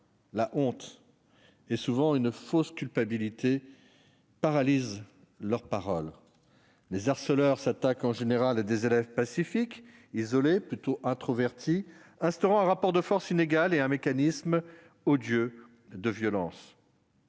la honte et, souvent, une fausse culpabilité paralysent la parole. Les harceleurs s'attaquent en général à des élèves pacifiques, isolés, plutôt introvertis, instaurant un rapport de force inégal et un mécanisme odieux de violence.